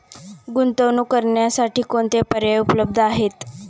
गुंतवणूक करण्यासाठी कोणते पर्याय उपलब्ध आहेत?